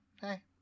hey